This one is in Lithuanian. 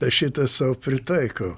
aš šitą sau pritaikau